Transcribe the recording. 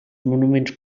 monuments